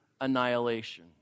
annihilation